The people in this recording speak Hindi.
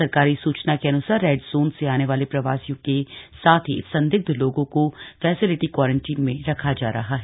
सरकारी सुचना के अनुसार रेड जोन से आने वाले प्रवासियों के साथ ही संदिग्ध लोगों को फैसेलिटि कोरेन्टाइन में रखा जा रहा है